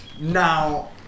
Now